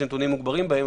נתונים מוגברים בהם,